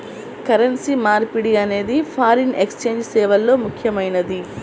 currency మార్పిడి అనేది foreign exchange సేవల్లో ముఖ్యమైనది